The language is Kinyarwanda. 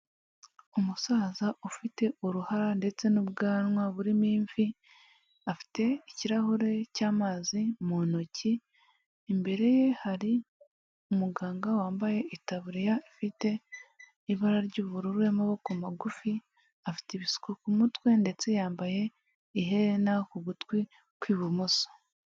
Umusaza ufite uruhara ndetse n'ubwanwa burimo imvi, afite ikirahure cy'amazi mu ntoki, imbere ye hari umuganga wambaye itaburiya ifite ibara ry'ubururu y'amaboko magufi, afite ibisuko ku mutwe, ndetse yambaye iherena ku gutwi kw'ibumoso.